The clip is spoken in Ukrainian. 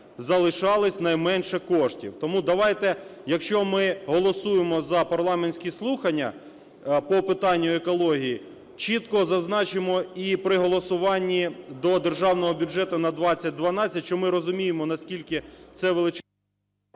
залишалось найменше коштів. Тому давайте, якщо ми голосуємо за парламентські слухання по питанню екології, чітко зазначимо і при голосуванні до Державного бюджету на 2020, що ми розуміємо, наскільки це…